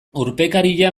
urpekaria